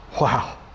Wow